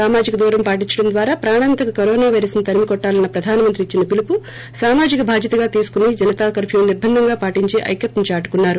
సామాజిక దూరం పాటించడం ద్వారా ప్రాణాంతక కరోనా వైరస్ కు తరిమి కొట్టాలన్న ప్రధానమంత్రి ఇచ్చిన పిలుపు సామాజిక బాధ్యతగా తీసుకోని జనతా కర్ప్యూ ను నిర్బంధంగా పాటించి ఐక్యతను చాటుకున్నారు